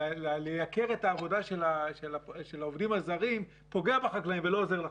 לייקר את העבודה של העובדים הזרים פוגע בחקלאים ולא עוזר לחקלאים.